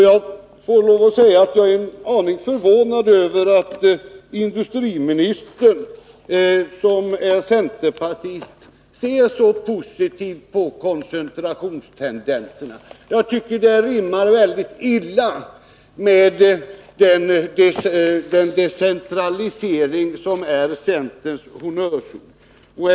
Jag får lov att säga att jag är en aning förvånad över att industriministern, som är centerpartist, ser så positivt på koncentrationstendenserna. Jag tycker det rimmar väldigt illa med den decentralisering som är centerns honnörsord.